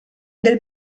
del